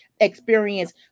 experience